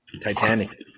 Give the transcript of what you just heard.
titanic